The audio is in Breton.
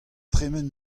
tremen